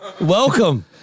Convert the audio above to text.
Welcome